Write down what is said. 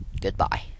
Goodbye